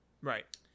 Right